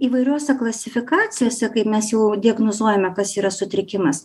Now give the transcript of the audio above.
įvairiose klasifikacijose kaip mes jau diagnozuojame kas yra sutrikimas